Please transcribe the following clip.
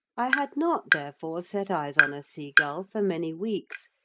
i had not therefore set eyes on a seagull for many weeks,